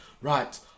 right